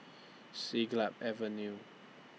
Siglap Avenue